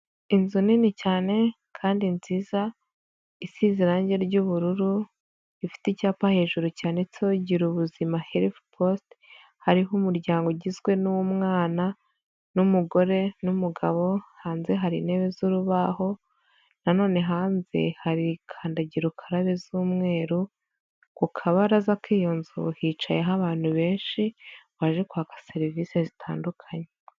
Inzu nini cyane kandi nziza isize irangi ry'ubururu ifite icyapa hejuru cyanditse gira ubuzima hilifi positi hariho umuryango ugizwe n'umwana n'umugore n'umugabo, hanze hari intebe z'urubaho, nanone hanze hari kandagira ukarabe z'umweru, ku kabaraza k'iyo nzu hicayeho abantu benshi baje kwaka serivisi zitandukanye.